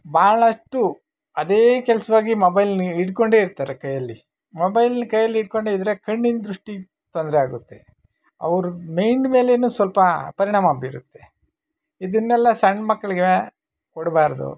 ಭಾಳಷ್ಟು ಅದೇ ಕೆಲಸ್ವಾಗಿ ಮೊಬೈಲ್ನ ಹಿಡ್ಕೊಂಡೆ ಇರ್ತಾರೆ ಕೈಯಲ್ಲಿ ಮೊಬೈಲ್ ಕೈಯಲ್ಲಿ ಹಿಡ್ಕೊಂಡೆ ಇದ್ದರೆ ಕಣ್ಣಿನ ದೃಷ್ಟಿಗೆ ತೊಂದರೆ ಆಗುತ್ತೆ ಅವ್ರ ಮೆಯ್ನ್ಡ್ ಮೇಲೆಯೂ ಸ್ವಲ್ಪ ಪರಿಣಾಮ ಬೀರುತ್ತೆ ಇದನ್ನೆಲ್ಲ ಸಣ್ಣ ಮಕ್ಕಳಿಗೆ ಕೊಡಬಾರ್ದು